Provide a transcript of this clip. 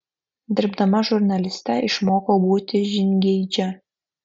dirbdama žurnaliste išmokau būti žingeidžia